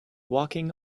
walking